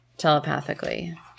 telepathically